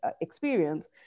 experience